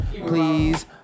Please